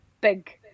big